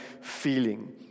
feeling